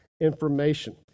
information